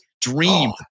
Dream